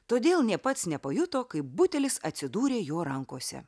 todėl nė pats nepajuto kaip butelis atsidūrė jo rankose